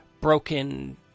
broken